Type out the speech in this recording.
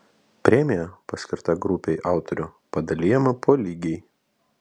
premija paskirta grupei autorių padalijama po lygiai